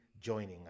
joining